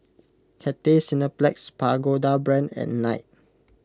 Cathay Cineplex Pagoda Brand and Knight